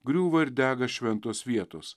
griūva ir dega šventos vietos